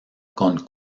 con